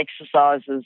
exercises